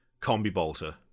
combi-bolter